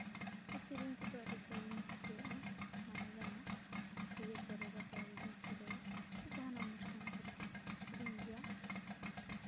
ᱥᱮᱨᱮᱧ ᱠᱚᱫᱚ ᱟᱹᱰᱤᱴᱟ ᱜᱤᱧ ᱠᱩᱥᱤᱭᱟᱜᱼᱟ ᱢᱟᱱᱮ ᱡᱟᱦᱟᱱᱟᱜ ᱤᱭᱟᱹ ᱠᱚᱨᱮ ᱵᱟᱯᱞᱟᱨᱮ ᱡᱟᱦᱟᱸ ᱠᱚᱨᱮ ᱥᱮ ᱡᱟᱦᱟᱱᱟᱜ ᱚᱱᱩᱥᱴᱷᱟᱱ ᱠᱚᱨᱮᱜ ᱥᱮᱨᱮᱧ ᱜᱮᱭᱟ